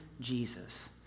Jesus